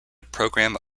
programme